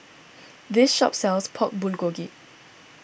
this shop sells Pork Bulgogi